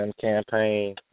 campaign